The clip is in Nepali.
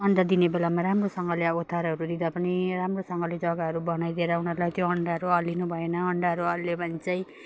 अन्डा दिने बेलामा राम्रोसँगले ओथारोहरू दिँदा पनि राम्रोसँगले जगाहरू बनाइदिएर उनीहरूलाई त्यो अन्डाहरू हलिनु भएन अन्डाहरू हाल्यो भने चाहिँ